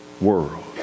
world